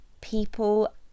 people